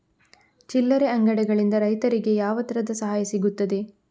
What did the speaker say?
ಚಿಲ್ಲರೆ ಅಂಗಡಿಗಳಿಂದ ರೈತರಿಗೆ ಯಾವ ತರದ ಸಹಾಯ ಸಿಗ್ತದೆ?